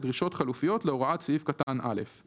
דרישות חלופיות להוראות סעיף קטן (א).";